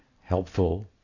helpful